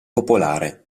popolare